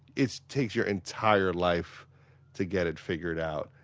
it takes your entire life to get it figured out.